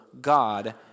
God